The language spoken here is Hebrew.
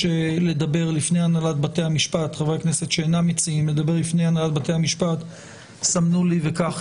לדבר לפני הנהלת בתי המשפט סמנו לי וכך